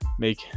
Make